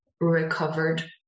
recovered